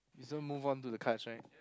so move on to the cards right